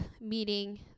meeting